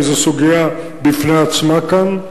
כי זו סוגיה בפני עצמה כאן.